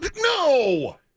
No